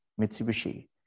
Mitsubishi